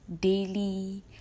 Daily